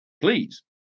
Please